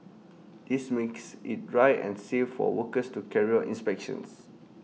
this makes IT dry and safe for workers to carry out inspections